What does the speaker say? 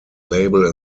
label